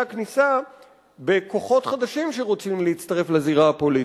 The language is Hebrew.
הכניסה לכוחות חדשים שרוצים להצטרף לזירה הפוליטית.